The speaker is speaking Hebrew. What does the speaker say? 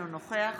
אינו נוכח